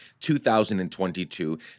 2022